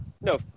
no